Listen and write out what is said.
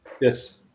Yes